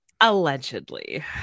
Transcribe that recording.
allegedly